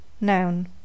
noun